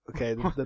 Okay